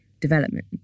Development